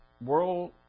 world